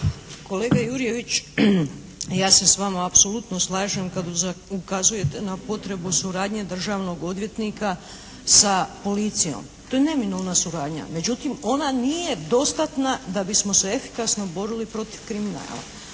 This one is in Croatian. Kolega Jurjević, ja se s vama apsolutno slažem kad ukazujete na potrebu suradnje državnog odvjetnika sa policijom. To je neminovna suradnja međutim ona nije dostatna da bismo se efikasno borili protiv kriminala.